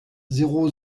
zéro